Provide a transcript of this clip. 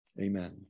Amen